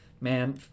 man